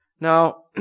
Now